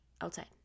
outside